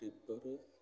tipper